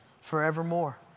forevermore